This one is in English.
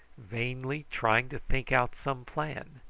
vainly trying to think out some plan,